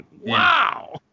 Wow